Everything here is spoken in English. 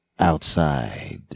outside